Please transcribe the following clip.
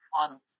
on